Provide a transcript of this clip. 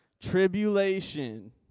Tribulation